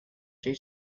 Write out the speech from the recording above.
due